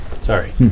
Sorry